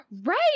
right